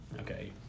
okay